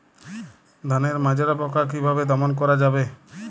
ধানের মাজরা পোকা কি ভাবে দমন করা যাবে?